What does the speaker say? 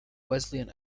wesleyan